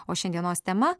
o šiandienos tema